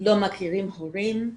לא מכירים הורים,